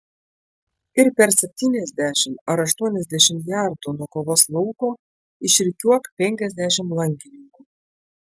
ir per septyniasdešimt ar aštuoniasdešimt jardų nuo kovos lauko išrikiuok penkiasdešimt lankininkų